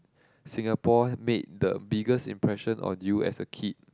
Singapore made the biggest impression on you as a kid